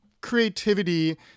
creativity